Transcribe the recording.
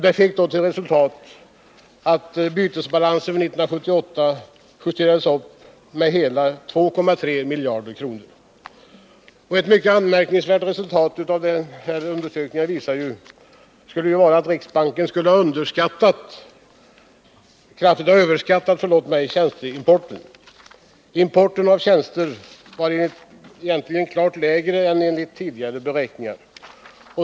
Det fick till resultat att bytesbalansen 1978 justerades upp med hela 2,3 miljarder kronor. Ett mycket anmärkningsvärt resultat av denna undersökning var att riksbanken skulle ha kraftigt överskattat tjänsteimporten. Importen av tjänster var egentligen klart lägre än enligt tidigare beräkningar.